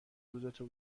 روزتو